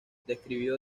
describió